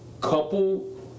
couple